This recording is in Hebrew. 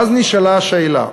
ואז נשאלה השאלה: